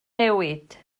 newid